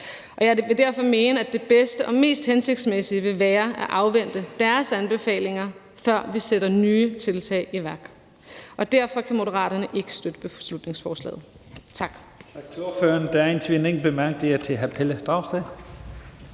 Jeg vil derfor mene, at det bedste og mest hensigtsmæssige vil være at afvente deres anbefalinger, før vi sætter nye tiltag i værk. Derfor kan Moderaterne ikke støtte beslutningsforslaget.